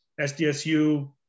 SDSU